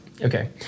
Okay